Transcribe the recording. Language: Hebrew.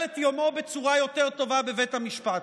את יומו בצורה יותר טובה בבית המשפט?